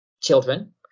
children